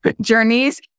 journeys